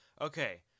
Okay